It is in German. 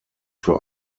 für